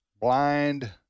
blind